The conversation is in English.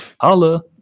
holla